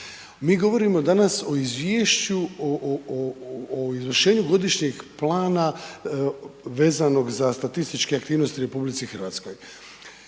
Mi govorimo danas o Izvješću o izvršenju Godišnjeg plana veznog za statističke aktivnosti u RH.